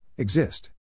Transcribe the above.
Exist